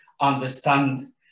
understand